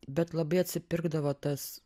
bet labai atsipirkdavo tas